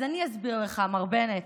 אז אני אסביר לך, מר בנט: